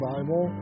Bible